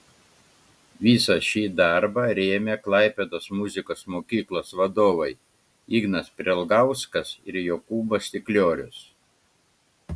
visą šį darbą rėmė klaipėdos muzikos mokyklos vadovai ignas prielgauskas ir jokūbas stikliorius